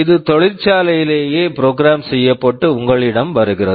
இது தொழிற்சாலையிலையே program program செய்யப்பட்டு உங்களிடம் வருகிறது